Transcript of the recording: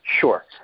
Sure